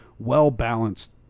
well-balanced